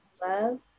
love